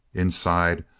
inside,